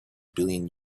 billion